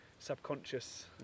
Subconscious